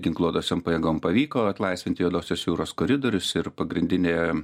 ginkluotosiom pajėgom pavyko atlaisvint juodosios jūros koridorius ir pagrindinė